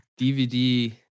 DVD